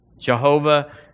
Jehovah